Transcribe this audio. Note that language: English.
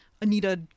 Anita